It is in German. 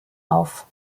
auf